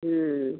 ହଁ